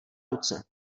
ruce